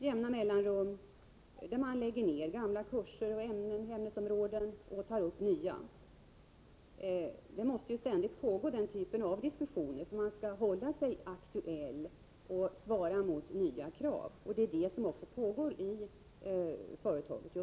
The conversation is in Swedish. Gamla kurser läggs ned och ämnesområden överges. I stället tas nya ämnen upp. Den typen av diskussioner måste ständigt pågå för att man skall kunna hålla sig till det som är aktuellt och svara mot nya krav, och det är vad som just nu sker inom företaget i fråga.